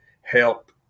help